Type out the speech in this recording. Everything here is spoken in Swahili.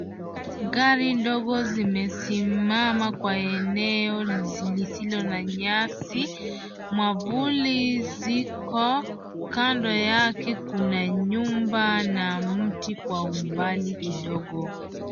Gari ndogo zimesimama kwa eneo lisilo na nyasi. Mwavuli ziko. Kando yake kuna nyumba na mti kwa umbali kidogo.